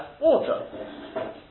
water